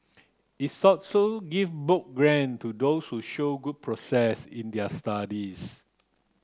its also give book grant to those who show good progress in their studies